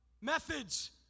methods